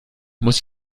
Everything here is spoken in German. muss